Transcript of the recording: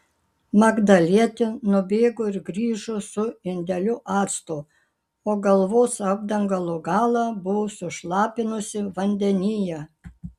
magdalietė nubėgo ir grįžo su indeliu acto o galvos apdangalo galą buvo sušlapinusi vandenyje